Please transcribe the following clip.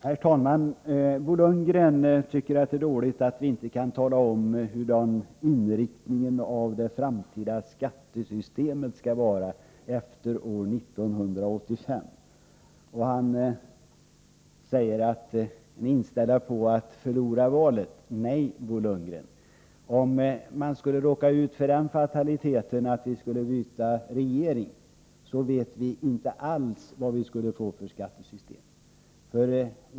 Herr talman! Bo Lundgren tycker att det är dåligt att vi inte kan tala om vilken inriktning det framtida skattesystemet skall ha efter år 1985. Han säger att vi är inställda på att förlora valet. Nej, Bo Lundgren, om vi skulle råka ut för den fataliteten att landet skulle byta regering, vet vi inte alls vad vi skulle få för skattesystem.